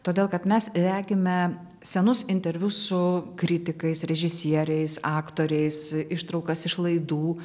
todėl kad mes regime senus interviu su kritikais režisieriais aktoriais ištraukas iš laidų